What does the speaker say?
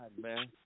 man